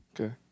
Okay